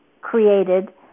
created